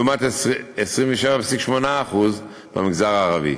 לעומת 27.8 במגזר הערבי.